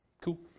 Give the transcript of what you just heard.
Cool